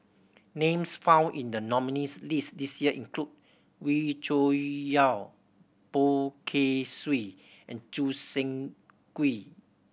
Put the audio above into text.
names found in the nominees' list this year include Wee Cho Yaw Poh Kay Swee and Choo Seng Quee